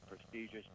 prestigious